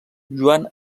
joan